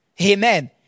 Amen